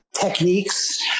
techniques